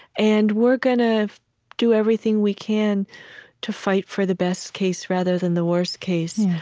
and we're going to do everything we can to fight for the best case rather than the worst case.